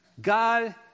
God